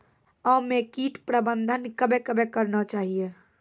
आम मे कीट प्रबंधन कबे कबे करना चाहिए?